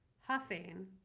huffing